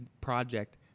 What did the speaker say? project